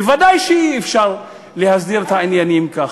בוודאי שאי-אפשר להסדיר את העניינים ככה.